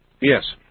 Yes